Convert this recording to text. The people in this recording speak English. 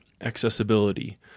accessibility